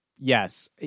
Yes